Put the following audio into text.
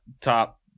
top